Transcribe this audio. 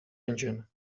engine